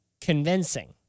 convincing